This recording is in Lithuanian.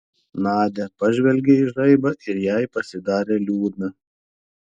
nadia pažvelgė į žaibą ir jai pasidarė liūdna